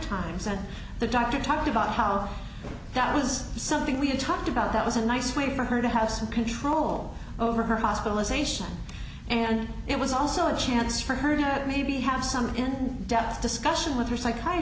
times said the doctor talked about how that was something we had talked about that was a nice way for her to have some control over her hospitalization and it was also a chance for her that maybe have some in depth discussion with her psych